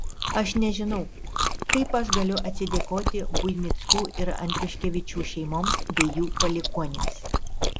aš nežinau kaip aš galiu atsidėkoti buinickų ir andriuškevičių šeimoms bei jų palikuonims